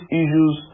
issues